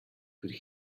could